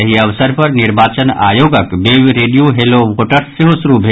एहि अवसर पर निर्वाचन आयोगक वेब रेडियो हैलो वोटर्स सेहो शुरू भेल